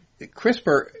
CRISPR